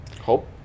hope